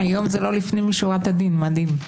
היום זה לא לפנים משורת הדין, מדהים.